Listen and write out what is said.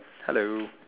hello